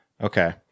Okay